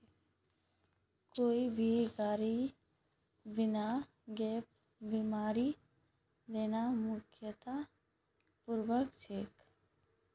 कोई भी गाड़ी बिना गैप बीमार लेना मूर्खतापूर्ण छेक